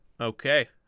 Okay